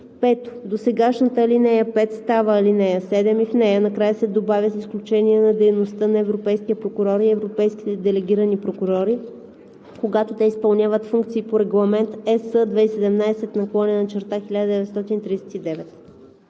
5. Досегашната ал. 5 става ал. 7 и в нея накрая се добавя ,,с изключение на дейността на европейския прокурор и европейските делегирани прокурори, когато те изпълняват функции по Регламент (ЕС) 2017/1939.“